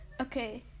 Okay